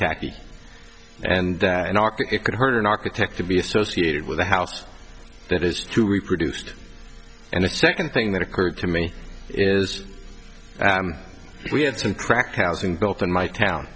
tacky and that it could hurt an architect to be associated with a house that is too reproduced and the second thing that occurred to me is we had some cracked housing built in my town